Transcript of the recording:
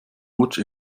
rutsch